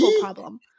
problem